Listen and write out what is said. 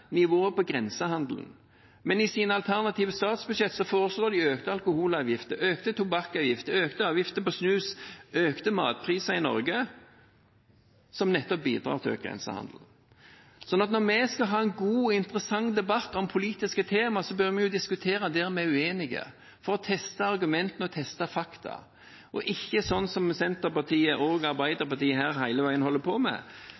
nivået på grensehandelen, men i sine alternative statsbudsjetter foreslår de økte alkoholavgifter, økte tobakkavgifter, økte avgifter på snus og økte matpriser i Norge – som nettopp bidrar til å øke grensehandelen. Når vi skal ha en god og interessant debatt om politiske tema, bør vi diskutere det vi er uenige om, for å teste argumentene og teste fakta – og ikke slik som Senterpartiet og Arbeiderpartiet her hele tiden holder på med,